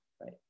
right